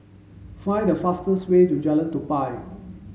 find the fastest way to Jalan Tupai